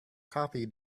coffee